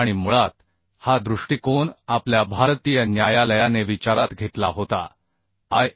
आणि मुळात हा दृष्टिकोन आपल्या भारतीय न्यायालयाने विचारात घेतला होता आय